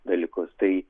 dalykus tai